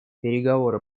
переговоры